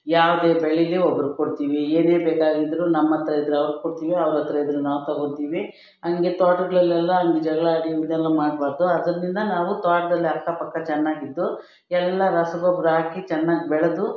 ಯಾವುದೇ ಬೆಳೀಲಿ ಒಬ್ರಿಗೆ ಕೊಡ್ತೀವಿ ಏನೇ ಬೇಕಾಗಿದ್ದರೂ ನಮ್ಮ ಹತ್ರ ಇದ್ದರೆ ಅವ್ರ್ಗೆ ಕೊಡ್ತೀವಿ ಅವ್ರ ಹತ್ರ ಇದ್ದರೆ ನಾವು ತಗೊಳ್ತೀವಿ ಹಾಗೆ ತೋಟಗಳಲ್ಲೆಲ್ಲ ಜಗಳ ಆಗಲಿ ಅದೆಲ್ಲ ಮಾಡಬಾರ್ದು ಅದರಿಂದ ನಾವು ತೋಟದಲ್ಲಿ ಅಕ್ಕಪಕ್ಕ ಚೆನ್ನಾಗಿದ್ದು ಎಲ್ಲ ರಸಗೊಬ್ಬರ ಹಾಕಿ ಚೆನ್ನಾಗಿ ಬೆಳೆದು